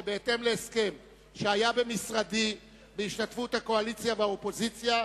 שבהתאם להסכם שהיה במשרדי בהשתתפות הקואליציה והאופוזיציה,